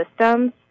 systems